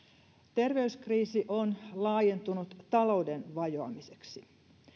terveyskriisi on laajentunut talouden vajoamiseksi